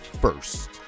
First